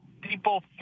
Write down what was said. people